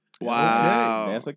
Wow